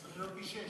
צריך להיות פי-שישה.